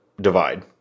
divide